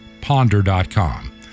ponder.com